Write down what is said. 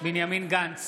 בנימין גנץ,